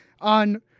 on